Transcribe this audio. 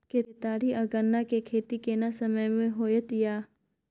केतारी आ गन्ना के खेती केना समय में होयत या?